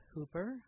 Hooper